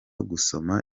gusoma